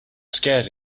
scared